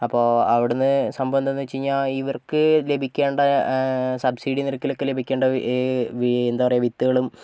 അപ്പോൾ അവിടുന്ന് സംഭവമെന്തെന്നു വെച്ച് കഴിഞ്ഞാൽ ഇവർക്ക് ലഭിക്കേണ്ട സബ്സിഡി നിരക്കിലൊക്കെ ലഭിക്കേണ്ട എന്താ പറയാ വിത്തുകളും